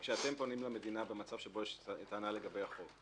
כשאתם פונים למדינה במצב שבו יש טענה לגבי החוב,